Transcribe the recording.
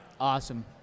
Awesome